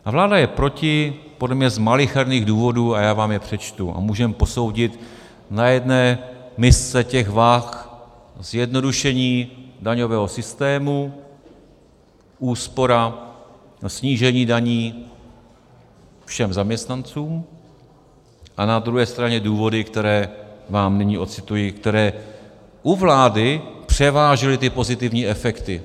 A vláda je proti podle mě z malicherných důvodů a já vám je přečtu a můžeme posoudit na jedné misce těch vah zjednodušení daňového systému, úspora, snížení daní všem zaměstnancům a na druhé straně důvody, které vám nyní ocituji, které u vlády převážily ty pozitivní efekty: